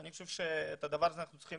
אני חושב שאת הדבר הזה אנחנו צריכים